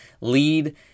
lead